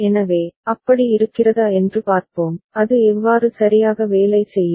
எனவே அப்படி இருக்கிறதா என்று பார்ப்போம் அது எவ்வாறு சரியாக வேலை செய்யும்